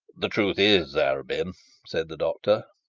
the truth is, arabin said the doctor,